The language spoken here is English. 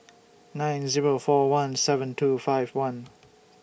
nine Zero four one seven two five one